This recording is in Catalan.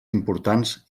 importants